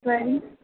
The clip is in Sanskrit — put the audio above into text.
त्वयि